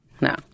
No